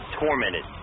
tormented